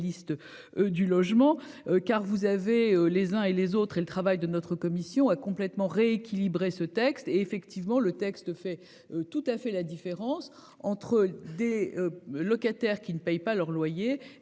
Du logement car vous avez les uns et les autres et le travail de notre commission a complètement rééquilibré ce texte et effectivement le texte fait tout à fait la différence entre des. Locataires qui ne payent pas leur loyer et